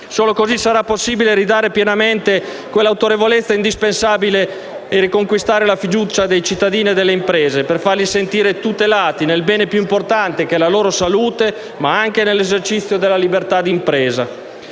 Solo cosi sarà possibile ridare pienamente quell'autorevolezza indispensabile a riconquistare la fiducia dei cittadini e delle imprese, per farli sentire tutelati nel bene più importante, che è la loro salute, ma anche nell'esercizio della liberta di impresa.